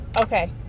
Okay